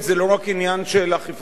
זה גם עניין של דוגמה אישית,